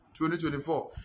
2024